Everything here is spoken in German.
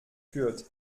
führt